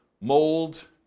mold